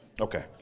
Okay